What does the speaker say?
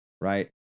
Right